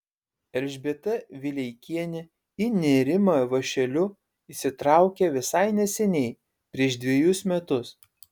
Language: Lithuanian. elžbieta vileikienė į nėrimą vąšeliu įsitraukė visai neseniai prieš dvejus metus